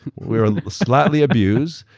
we're little slightly abused,